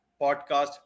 podcast